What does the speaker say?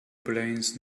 plains